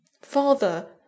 Father